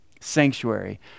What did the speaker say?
sanctuary